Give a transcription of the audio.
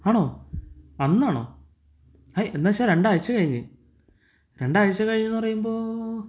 ആണോ അന്നാണോ ഹൈ എന്നുവെച്ചാൽ രണ്ട് ആഴ്ച കഴിഞ്ഞ് രണ്ട് ആഴ്ച കഴിഞ്ഞെന്ന് പറയുമ്പോൾ